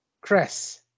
Chris